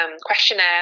questionnaire